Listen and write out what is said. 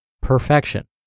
perfection